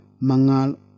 mangal